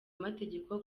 amategeko